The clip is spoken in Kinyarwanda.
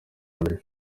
mbere